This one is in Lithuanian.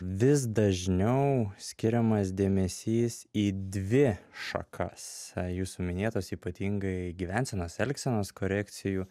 vis dažniau skiriamas dėmesys į dvi šakas jūsų minėtos ypatingai gyvensenos elgsenos korekcijų